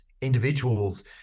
Individuals